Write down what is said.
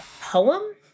poem